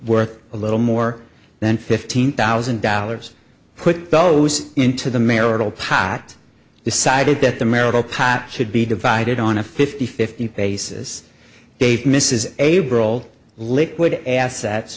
worth a little more than fifteen thousand dollars put those into the marital pot decided that the marital pot should be divided on a fifty fifty basis gave mrs averil liquid assets